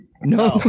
no